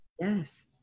Yes